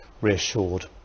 reassured